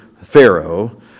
Pharaoh